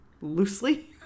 loosely